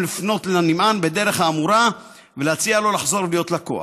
לפנות לנמען בדרך האמורה ולהציע לו לחזור ולהיות לקוח.